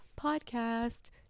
Podcast